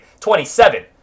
27